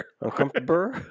Uncomfortable